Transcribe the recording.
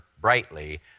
brightly